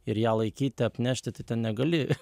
ir ją laikyti apnešti ten negali